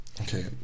Okay